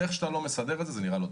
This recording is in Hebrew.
איך שלא מסדרים את זה, זה לא נראה טוב.